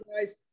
guys